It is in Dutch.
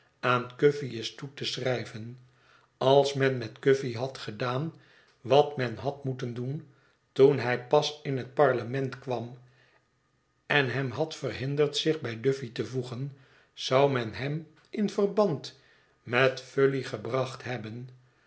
aan cuffy is toe te schrijven als men met oulïy had gedaan wat men had moeten doen toen hij pas in het parlement kwam en hem had verhinderd zich bij duffy te voegen zou men hem in verband met fufl'y gebracht hebben